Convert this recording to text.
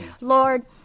Lord